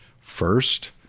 First